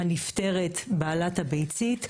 הנפטרת, בעלת הביצית.